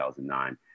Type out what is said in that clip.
2009